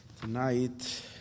Tonight